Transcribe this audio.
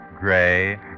gray